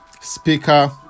speaker